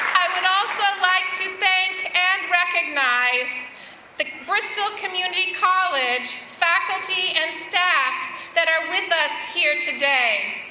but also like to thank and recognize the bristol community college faculty and staff that are with us here today.